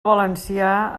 valencià